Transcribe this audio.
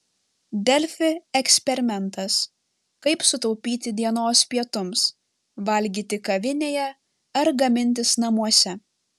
delfi eksperimentas kaip sutaupyti dienos pietums valgyti kavinėje ar gamintis namuose